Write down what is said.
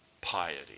piety